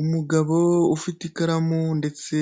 Umugabo ufite ikaramu ndetse